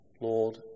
Lord